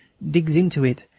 digs into it,